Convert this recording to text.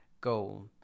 goal